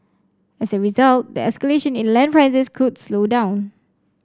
as a result the escalation in land prices could slow down